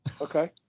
Okay